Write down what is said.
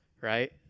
right